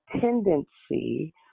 tendency